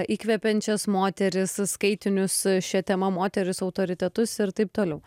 įkvepiančias moteris skaitinius šia tema moteris autoritetus ir taip toliau